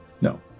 No